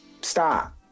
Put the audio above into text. stop